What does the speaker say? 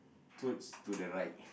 towards to the right